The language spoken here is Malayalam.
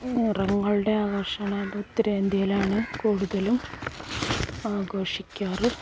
നിറങ്ങളുടെ ആഘോഷമാണ് അത് ഉത്തരേന്ത്യയിലാണ് കൂടുതലും ആഘോഷിക്കാറ്